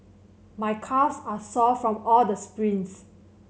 my calves are sore from all the sprints